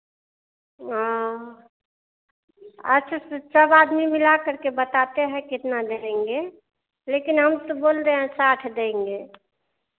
हाँ अच्छे अच्छे सब आदमी मिलाकर के बताते हैं कितना दे देंगे लेकिन हम तो बोल रहे हैं साठ देंगे